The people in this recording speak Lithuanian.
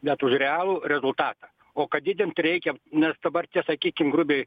bet už realų rezultatą o kad didint reikia nes dabar tie sakykim grubiai